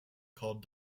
called